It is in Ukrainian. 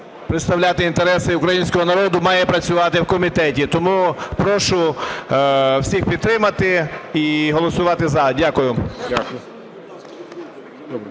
представляти інтереси українського народу, має працювати в комітеті. Тому прошу всіх підтримати і голосувати "за". Дякую.